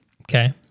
Okay